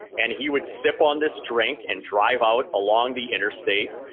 and he would sip on this drink and drive out along the interstate,